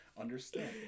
understand